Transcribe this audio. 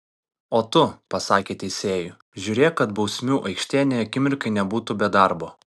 o tu pasakė teisėjui žiūrėk kad bausmių aikštė nė akimirkai nebūtų be darbo